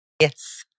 Yes